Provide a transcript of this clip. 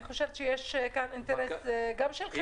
אני חושבת שיש כאן אינטרס, גם של חינוך.